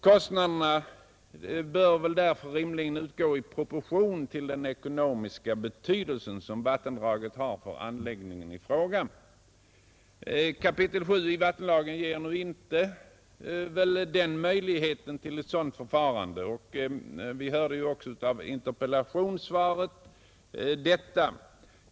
Kostnaderna bör väl därför rimligen utgå i proportion till den ekonomiska betydelse som vattendraget har för anläggningen i fråga. 7 kap. vattenlagen ger nu inte möjlighet till ett sådant förfarande, som vi också hörde av interpellationssvaret.